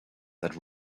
that